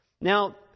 Now